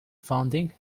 funding